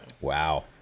Wow